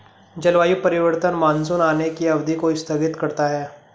जलवायु परिवर्तन मानसून आने की अवधि को स्थगित करता है